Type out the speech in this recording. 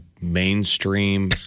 mainstream—